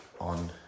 on